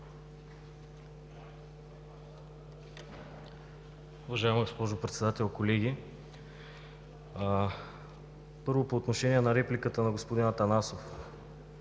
Уважаема госпожо Председател, колеги! Първо по отношение на репликата на господин Атанасов.